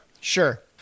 Sure